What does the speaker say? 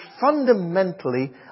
fundamentally